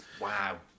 Wow